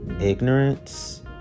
ignorance